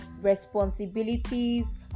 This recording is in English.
responsibilities